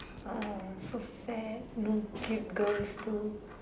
!aww! so sad no cute girls too